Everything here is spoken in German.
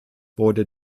wurde